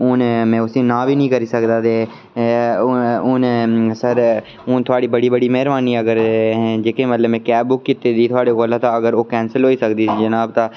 हून में उसी ना बी नि करी सकदा ते हून सर हून थुआढ़ी बड़ी बड़ी मेह्रबानी अगर अहें जेह्की मतलब मैं कैब बुक कीती दी थुआढ़े कोल तां अगर ओह् केंसल होई सकदी जनाब तां